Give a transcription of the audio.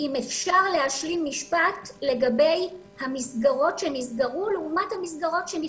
אם אפשר להשלים משפט לגבי המסגרות שנסגרו לעומת המסגרות שנפתחו.